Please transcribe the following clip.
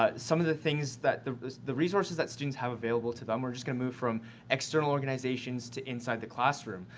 ah some of the things that the the resources that students have available to them are just going to move from external organizations to inside the classroom.